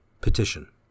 Petition